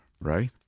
right